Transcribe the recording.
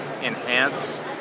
enhance